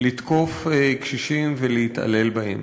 לתקוף קשישים ולהתעלל בהם.